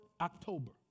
October